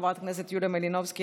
חברת הכנסת יוליה מלינובסקי,